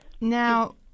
Now